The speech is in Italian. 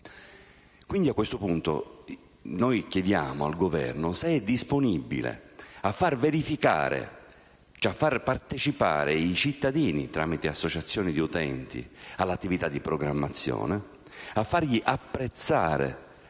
Chiediamo quindi al Governo se è disponibile a far partecipare i cittadini, tramite associazioni di utenti, all'attività di programmazione, a far apprezzare